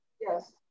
Yes